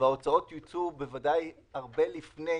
וההוצאות יוצאו בוודאי הרבה לפני